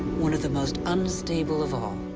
one of the most unstable of all.